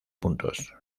puntos